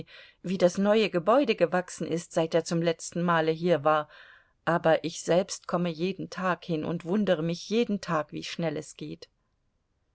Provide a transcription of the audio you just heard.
wie das neue gebäude gewachsen ist seit er zum letzten male hier war aber ich selbst komme jeden tag hin und wundere mich jeden tag wie schnell es geht